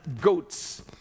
goats